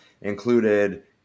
included